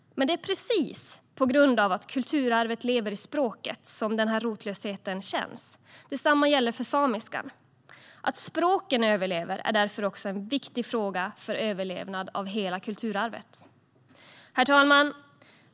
Men det är precis på grund av att kulturarvet lever i språket som denna rotlöshet känns. Detsamma gäller för samiskan. Att språken överlever är därför också en viktig fråga för hela kulturarvets överlevnad. Herr talman!